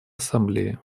ассамблее